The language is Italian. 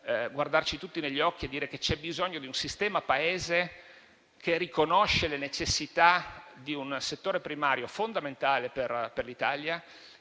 guardarci tutti negli occhi e dire che c'è bisogno di un sistema Paese che riconosca le necessità di un settore primario fondamentale per l'Italia,